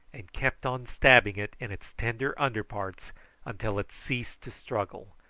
and kept on stabbing it in its tender underparts until it ceased to struggle,